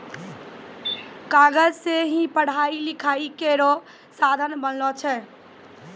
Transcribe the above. कागज सें ही पढ़ाई लिखाई केरो साधन बनलो छै